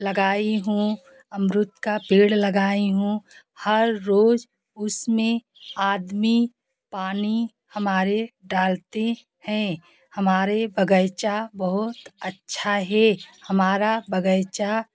लगाई हूँ अमरूद का पेड़ लगाई हूँ हर रोज उसमें आदमी पानी हमारे डालते हैं हमारे बगइचा बहुत अच्छा है हमारा बगीचा